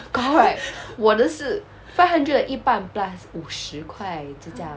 高 right 我的是 five hundred 的一半 plus 五十块这样